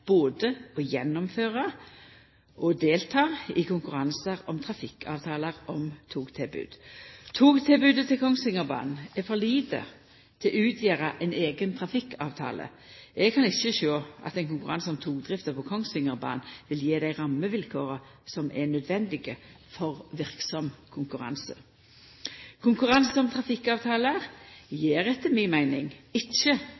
både å gjennomføra og delta i konkurransar om trafikkavtaler om togtilbod. Togtilbodet på Kongsvingerbanen er for lite til å utgjera ein eigen trafikkavtale. Eg kan ikkje sjå at ein konkurranse om togdrifta på Kongsvingerbanen vil gje dei rammevilkåra som er nødvendige for verksam konkurranse. Konkurranse om trafikkavtalar gjev etter mi meining ikkje